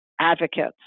advocates